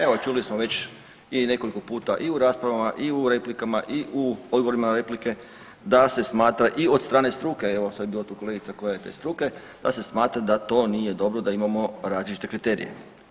Evo čuli smo već i nekoliko puta i u raspravama i u replikama i u odgovorima na replike da se smatra i od strane struke, evo, sad je bila tu kolegica koja je te struke, da se smatra da to nije dobro, da imamo različite kriterije.